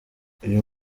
uyu